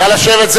נא לשבת.